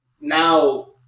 Now